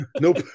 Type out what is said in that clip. nope